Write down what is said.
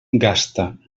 gasta